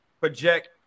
project